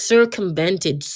Circumvented